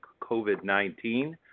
COVID-19